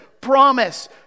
promise